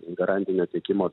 garantinio tiekimo